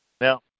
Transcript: Now